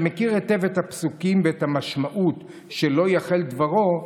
שמכיר היטב את הפסוקים ואת המשמעות של "לא יחל דברו",